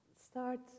start